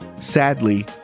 sadly